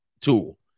tool